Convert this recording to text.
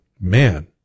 man